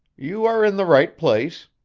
you are in the right place.